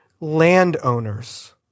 landowners